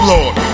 Lord